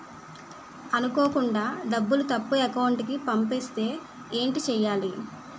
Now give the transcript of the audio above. అనుకోకుండా డబ్బులు తప్పు అకౌంట్ కి పంపిస్తే ఏంటి చెయ్యాలి?